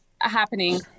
happening